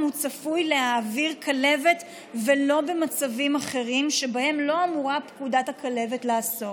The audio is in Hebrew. הוא צפוי להעביר כלבת ולא במצבים אחרים שבהם לא אמורה פקודת הכלבת לעסוק.